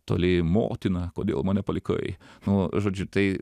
toli motina kodėl mane palikai nu žodžiu tai